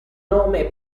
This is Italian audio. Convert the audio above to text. nome